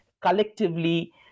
collectively